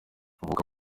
mvuka